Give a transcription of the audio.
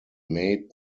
made